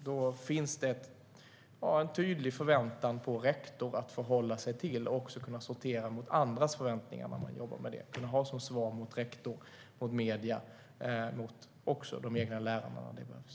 Då finns det en tydlig förväntan på rektorn att förhålla sig till och en möjlighet att sortera andras förväntningar. Det kan ge svar gentemot rektor, medier och även de egna lärarna när det behövs.